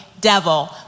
devil